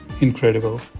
incredible